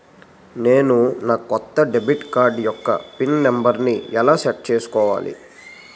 నేను నా కొత్త డెబిట్ కార్డ్ యెక్క పిన్ నెంబర్ని ఎలా సెట్ చేసుకోవాలి?